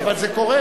אבל זה קורה.